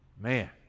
Man